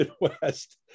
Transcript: Midwest